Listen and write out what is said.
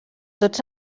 tots